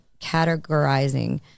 categorizing